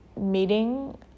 meeting